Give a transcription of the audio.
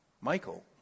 Michael